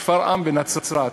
שפרעם ונצרת.